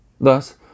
Thus